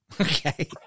Okay